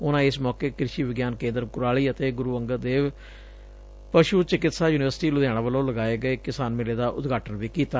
ਉਨਾਂ ਇਸ ਮੌਕੇ ਕ੍ਰਿਸੀ ਵਿਗਿਆਨ ਕੇਂਦਰ ਕੁਰਾਲੀ ਅਤੇ ਗੁਰੁ ਅੰਗਦ ਦੇਵ ਪਸ਼ੁ ਚਿਕਿਤਸਾ ਯੁਨੀਵਰਸਿਟੀ ਲੁਧਿਆਣਾ ਵੱਲੋਂ ਲਗਾਏ ਗਏ ਕਿਸਾਨ ਮੇਲੇ ਦਾ ਉਦਘਾਟਨ ਵੀ ਕੀਤਾ